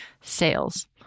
sales